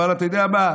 אבל אתה יודע מה?